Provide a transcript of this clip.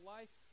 Life